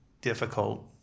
difficult